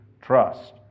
trust